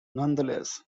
nonetheless